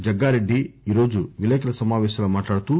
జగ్గారెడ్డి ఈరోజు విలేకరుల సమాపేశంలో మాట్లాడుతూ